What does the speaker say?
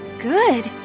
good